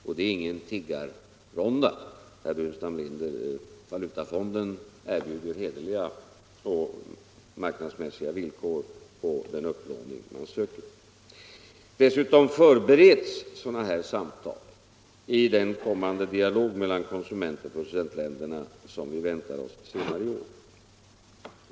Och det är ingen tiggarronda, herr Burenstam Linder. Valutafonden erbjuder hederliga och marknadsmässiga villkor för den upplåning man söker. Dessutom förbereds sådana här samtal i den dialog mellan konsumentoch producentländerna som vi väntar oss senare i år.